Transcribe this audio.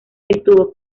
estuvo